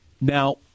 Now